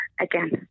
again